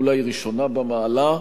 אולי ראשונה במעלה,